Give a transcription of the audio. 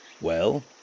Well